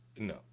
no